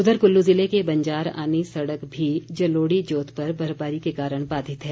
उधर क्ल्लू ज़िले में बंजार आनी सड़क भी जलोड़ी जोत पर बर्फबारी के कारण बाधित है